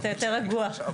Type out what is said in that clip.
עכשיו אתה יותר רגוע.